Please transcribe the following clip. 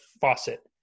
faucet